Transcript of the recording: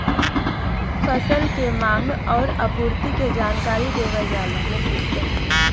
फसल के मांग आउर आपूर्ति के जानकारी देवल जाला